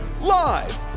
live